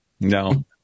No